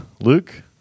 Luke